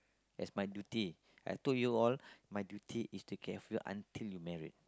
that's my duty I told you all my duty is take care of you until you married